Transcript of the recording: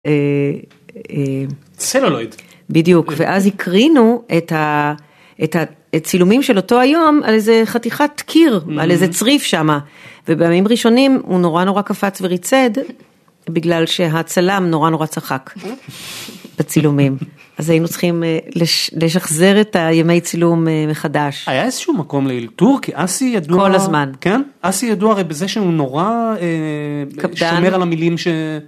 צלולואיד. בדיוק. ואז הקרינו את ה... את הצילומים של אותו היום על איזה חתיכת קיר, על איזה צריף שמה. ובימים הראשונים הוא נורא נורא קפץ וריצד בגלל שהצלם נורא נורא צחק... בצילומים. אז היינו צריכים לש... לשחזר את הימי צילום מחדש. היה איזשהו מקום לאילתור? כי אסי ידוע... כל הזמן. כן? אסי ידוע הרי בזה שהוא נורא אה... קפדן? שומר על המילים ש...